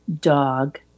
dog